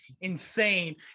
insane